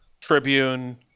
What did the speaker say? tribune